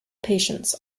patience